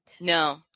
No